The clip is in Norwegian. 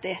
2030.